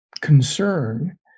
concern